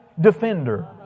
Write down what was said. defender